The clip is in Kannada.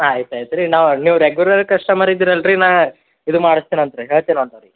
ಆಯ್ತು ಆಯ್ತು ರೀ ನಾವು ನೀವು ರೆಗ್ಯುಲರ್ ಕಸ್ಟಮರ್ ಇದೀರಲ್ಲ ರೀ ನಾ ಇದು ಮಾಡಸ್ತೀನಂತೆ ರಿ ಹೇಳ್ತಿನಂತೆ ಅವ್ರಿಗೆ